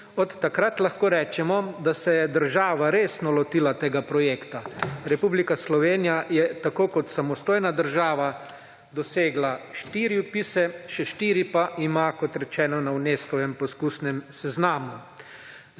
Od takrat lahko rečemo, da se je država resno lotila tega projekta. Republika Slovenije je tako kot samostojna država dosegla štiri vpise še štiri pa ima kot rečeno na Unescovem poskusnem seznamu.